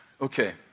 Okay